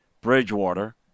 Bridgewater